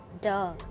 duh